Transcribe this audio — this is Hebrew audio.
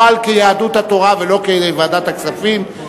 אבל כיהדות התורה ולא כוועדת הכספים,